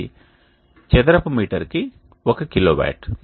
ఇది చదరపు మీటర్ కి 1 కిలోవాట్